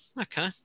Okay